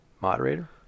Moderator